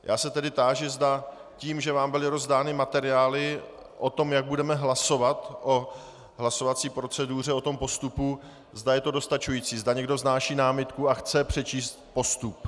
Táži se tedy, zda tím, že vám byly rozdány materiály o tom, jak budeme hlasovat o hlasovací proceduře, o tom postupu, zda je to dostačující, zda někdo vznáší námitku a chce přečíst postup.